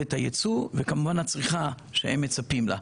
יכולת היצור וכמובן הצריכה שהם מצפים לה.